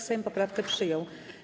Sejm poprawkę przyjął.